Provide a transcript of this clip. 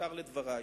ובעיקר לדברייך.